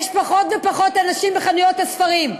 יש פחות ופחות אנשים בחנויות הספרים,